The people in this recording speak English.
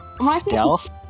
Stealth